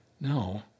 No